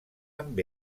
amb